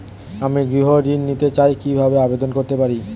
আমি গৃহ ঋণ নিতে চাই কিভাবে আবেদন করতে পারি?